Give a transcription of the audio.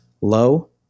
low